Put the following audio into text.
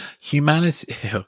Humanity –